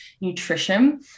nutrition